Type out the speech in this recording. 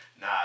nah